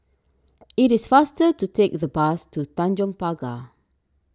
it is faster to take the bus to Tanjong Pagar